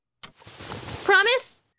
Promise